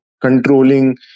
controlling